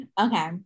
Okay